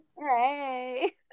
hey